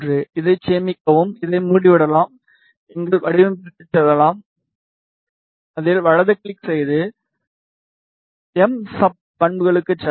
இதைச் சேமிக்கவும் இதை மூடிவிடலாம் எங்கள் வடிவமைப்பிற்குச் செல்லலாம் அதில் வலது கிளிக் செய்து எம் சப் பண்புகளுக்குச் செல்லலாம்